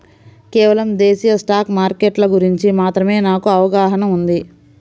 కేవలం దేశీయ స్టాక్ మార్కెట్ల గురించి మాత్రమే నాకు అవగాహనా ఉంది